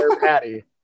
patty